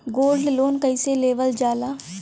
Gold loan कईसे लेवल जा ला?